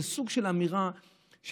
זה סוג של אמירה שצריך,